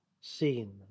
seen